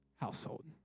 household